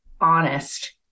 honest